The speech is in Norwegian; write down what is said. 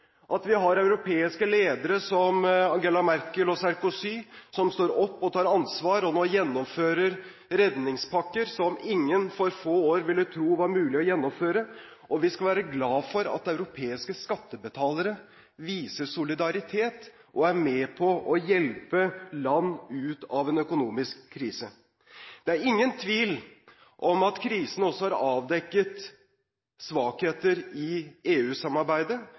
at vi har europeiske ledere som Angela Merkel og Sarkozy, som står opp og tar ansvar og nå gjennomfører redningspakker som ingen for få år siden ville trodd var mulig å gjennomføre. Vi skal være glad for at europeiske skattebetalere viser solidaritet og er med på å hjelpe land ut av en økonomisk krise. Det er ingen tvil om at krisen også har avdekket svakheter i